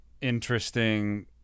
interesting